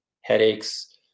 headaches